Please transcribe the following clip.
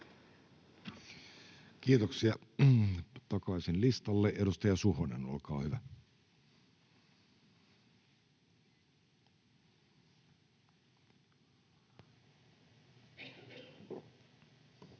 Kiitoksia. — Takaisin listalle. — Edustaja Suhonen, olkaa hyvä.